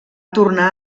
tornar